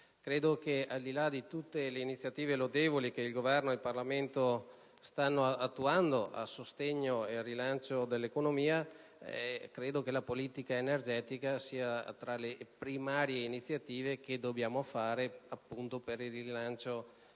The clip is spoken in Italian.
Al di là di tutte le iniziative lodevoli che il Governo e il Parlamento stanno attuando a sostegno e rilancio dell'economia, la politica energetica è tra le primarie iniziative che dobbiamo attuare per il rilancio della